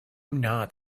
not